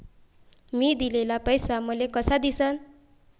मी दिलेला पैसा मले कसा दिसन?